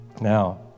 Now